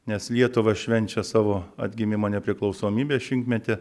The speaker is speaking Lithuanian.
nes lietuva švenčia savo atgimimo nepriklausomybės šimtmetį